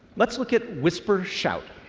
let's look at whisper shout.